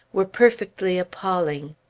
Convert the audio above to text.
were perfectly appalling.